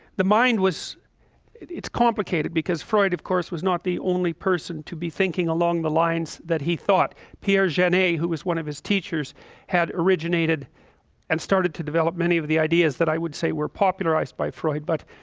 the mind was it's complicated because freud of course was not the only person to be thinking along the lines that he thought pierre jennae who was one of his teachers had originated and started to develop many of the ideas that i would say were popularized by freud but